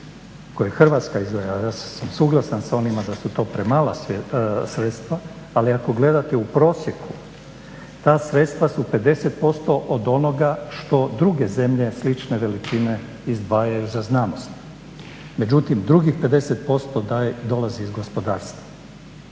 koje Hrvatska izdvaja, a suglasan sam s onima da su to premala sredstva ali ako gledate u prosjeku ta sredstva su 50% od onoga što druge zemlje slične veličine izdvajaju za znanost, međutim drugih 50% dolazi iz gospodarstva.